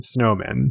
snowmen